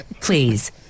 Please